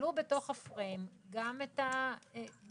יכללו בתוך הפריים גם את המתורגמן,